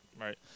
Right